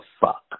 fuck